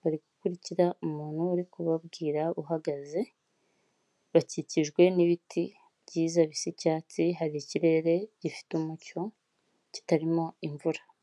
bari gukurikira umuntu uri kubabwira uhagaze, bakikijwe n'ibiti byiza bisa icyatsi, hari ikirere gifite umucyo kitarimo imvura.